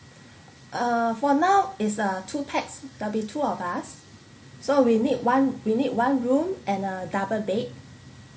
uh for now is uh two pax there'll be two of us so we need one we need one room and a double bed